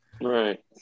Right